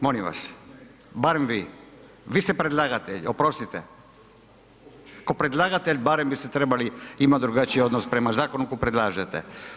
Molim vas, bar vi, vi ste predlagatelj, oprostite, k'o predlagatelj barem biste trebali imati drugačiji odnos prema Zakonu koji predlažete.